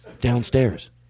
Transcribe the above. downstairs